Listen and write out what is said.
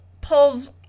pulls